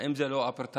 האם זה לא אפרטהייד?